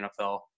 NFL